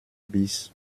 bis